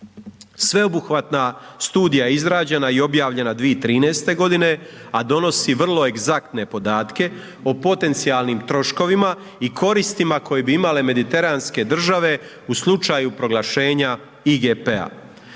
Sveobuhvatna studija izrađena i objavljena 2013. godine, a donosi vrlo egzaktne podatke o potencijalnim troškovima i koristima koje bi imale mediteranske države u slučaju proglašenja IGP-a.